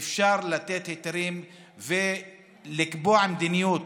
אפשר לתת היתרים ולקבוע מדיניות